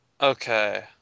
Okay